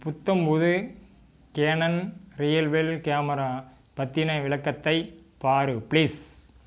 புத்தம்புது கேனன் ரியல்வெல் கேமரா பற்றின விளக்கத்தை பார் ப்ளீஸ்